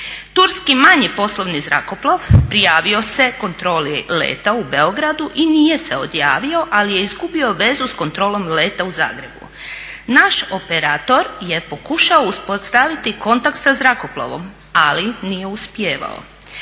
Turski manji poslovni zrakoplov prijavio se kontroli leta u Beogradu i nije se odjavio ali je izgubio vezu s kontrolom leta u Zagrebu. Naš operator je pokušao uspostaviti kontakt sa zrakoplovom ali nije uspijevao.